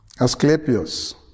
Asclepius